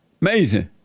Amazing